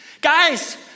Guys